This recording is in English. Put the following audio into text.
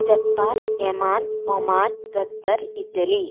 Japan Yemen Oman Qatar Italy